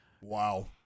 Wow